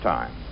Time